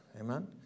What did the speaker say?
Amen